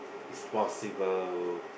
is possible